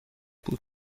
بود